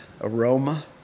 aroma